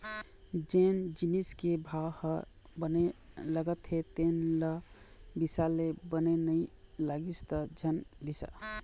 जेन जिनिस के भाव ह बने लागत हे तेन ल बिसा ले, बने नइ लागिस त झन बिसा